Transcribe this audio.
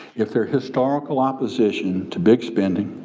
if their historical opposition to big spending,